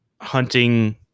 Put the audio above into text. hunting